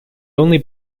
only